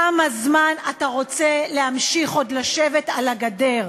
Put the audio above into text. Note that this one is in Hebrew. כמה זמן אתה רוצה להמשיך עוד לשבת על הגדר?